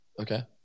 Okay